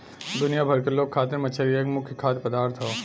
दुनिया भर के लोग खातिर मछरी एक मुख्य खाद्य पदार्थ हौ